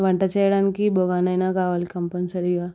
వంట చేయడానికి బగోని అయినా కావాలి కంపల్సరిగా